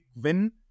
win